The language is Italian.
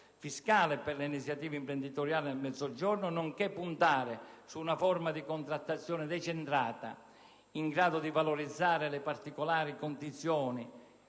fiscale per l'iniziativa imprenditoriale nel Mezzogiorno, nonché puntare su una forma di contrattazione decentrata in grado di valorizzare le particolari condizioni